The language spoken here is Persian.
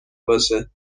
باشه